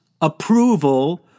approval